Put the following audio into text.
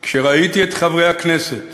כשראיתי את חברי הכנסת